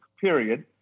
Period